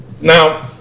now